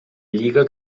lliga